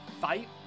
fight